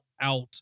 out